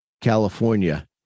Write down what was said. California